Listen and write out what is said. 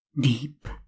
deep